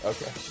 Okay